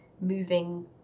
moving